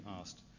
asked